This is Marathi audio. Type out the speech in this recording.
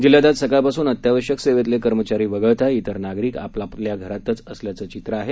जिल्ह्यात आज सकाळपासून अत्यावश्यक सेवेतले कर्मचारी वगळता इतर नागरिक आपापल्या घरातच असल्याचं चित्र आहे